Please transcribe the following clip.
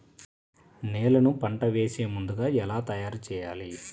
నేలను పంట వేసే ముందుగా ఎలా తయారుచేయాలి?